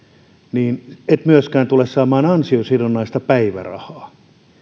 niin et myöskään tule saamaan an siosidonnaista päivärahaa